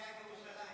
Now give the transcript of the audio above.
ירושלים.